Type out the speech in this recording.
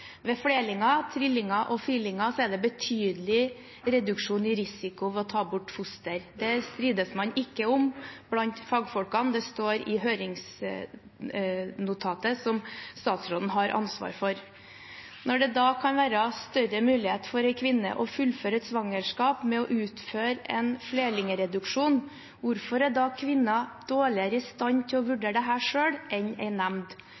om blant fagfolkene. Det står i høringsnotatet som statsråden har ansvar for. Når det kan være større mulighet for en kvinne å fullføre et svangerskap ved å utføre en flerlingreduksjon – hvorfor er da kvinnen dårligere i stand til å vurdere dette selv enn